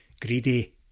greedy